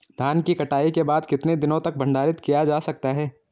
धान की कटाई के बाद कितने दिनों तक भंडारित किया जा सकता है?